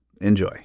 Enjoy